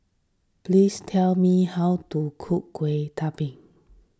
please tell me how to cook Kueh Talam